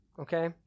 Okay